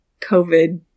COVID